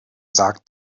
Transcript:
sagt